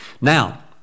Now